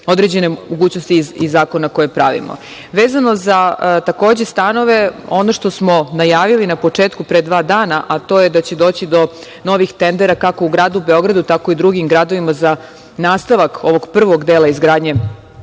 određene mogućnosti iz zakona koje pravimo. Vezano takođe za stanove, ono što smo najavili na početku pre dva dana, a to je da će doći do novih tendera, kako u gradu Beogradu, tako i u drugim gradovima za nastavak ovog prvog dela izgradnje